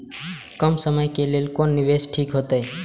कम समय के लेल कोन निवेश ठीक होते?